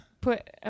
put